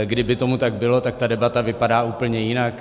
Kdyby tomu tak bylo, tak ta debata vypadá úplně jinak.